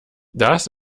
das